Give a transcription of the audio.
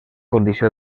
condició